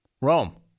Rome